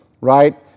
right